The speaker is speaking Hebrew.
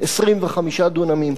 25 דונמים.